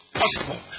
possible